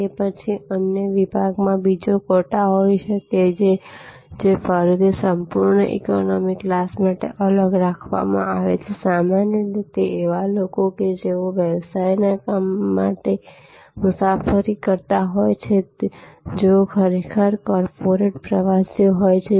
તે પછી અન્ય વિભાગમાં બીજો ક્વોટા હોઈ શકે છે જે ફરીથી સંપૂર્ણ ઈકોનોમી ક્લાસમાટે અલગ રાખવામાં આવે છે આ સામાન્ય રીતે એવા લોકો છે જેઓ વ્યવસાયના કામ માટે મુસાફરી કરતા હોય છે જેઓ ખરેખર કોર્પોરેટ પ્રવાસીઓ હોય છે